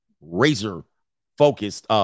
razor-focused